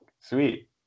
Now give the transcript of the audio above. Sweet